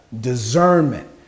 Discernment